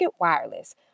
Wireless